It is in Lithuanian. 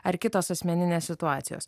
ar kitos asmeninės situacijos